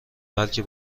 بلکه